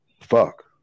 fuck